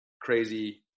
crazy